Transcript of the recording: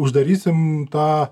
uždarysim tą